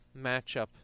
matchup